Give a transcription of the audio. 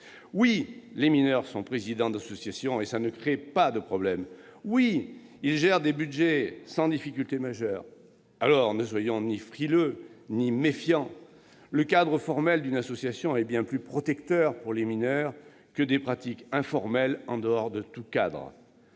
Oui, des mineurs sont présidents d'association, et cela ne crée pas de problème ! Oui, ils gèrent des budgets, sans difficulté majeure ! Alors, ne soyons ni frileux ni méfiants : le cadre formel d'une association est bien plus protecteur pour les mineurs que des pratiques informelles hors de tout cadre.